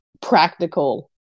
practical